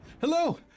hello